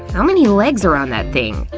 how many legs are on that thing?